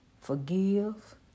Forgive